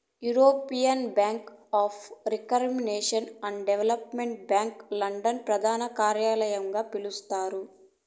European bank for reconstruction and development bank London ప్రదానకార్యలయంగా చేస్తండాలి